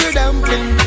dumpling